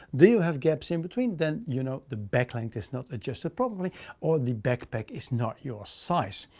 do you have gaps in between? then you know, the back length is not adjusted properly or the backpack is not your size.